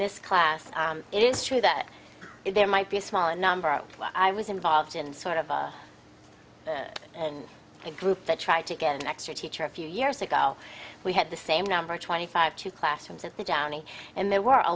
this class it is true that there might be a smaller number and i was involved in sort of a and a group that tried to get an extra teacher a few years ago we had the same number twenty five to classrooms at the downy and there were a